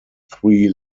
three